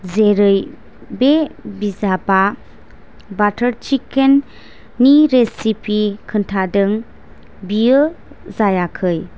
जेरै बे बिजाबआ बाटार चिकेन नि रेसिपि खोन्थादों बेयो जायाखै